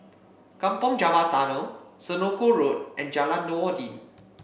Kampong Java Tunnel Senoko Road and Jalan Noordin